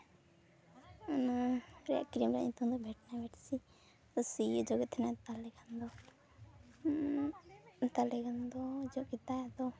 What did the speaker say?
ᱚᱱᱟ ᱠᱨᱤᱢ ᱨᱮᱭᱟᱜ ᱧᱩᱛᱩᱢ ᱫᱚ ᱵᱷᱤᱴᱱᱟᱵᱷᱮᱴ ᱥᱤ ᱥᱤᱭ ᱚᱡᱚᱜᱮᱫ ᱛᱟᱦᱮᱱᱟ ᱛᱟᱞᱚᱦᱮ ᱠᱷᱟᱱ ᱫᱚ ᱛᱟᱞᱚᱦᱮ ᱠᱷᱟᱱ ᱫᱚ ᱚᱡᱚᱜ ᱠᱮᱫᱟᱭ ᱟᱫᱚ